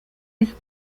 ist